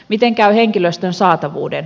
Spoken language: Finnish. miten käy henkilöstön saatavuuden